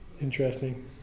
Interesting